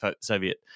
Soviet